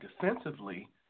defensively